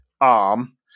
arm